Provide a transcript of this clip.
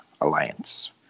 Alliance